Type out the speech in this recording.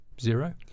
zero